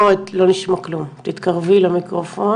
בתור ילדה חרדית לא ידעתי שזה פגיעה מינית,